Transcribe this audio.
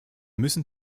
müssen